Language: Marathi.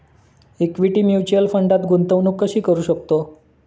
इक्विटी म्युच्युअल फंडात गुंतवणूक कशी करू शकतो?